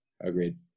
Agreed